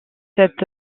cette